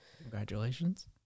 Congratulations